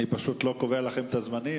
אני לא קובע לכם את הזמנים.